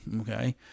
Okay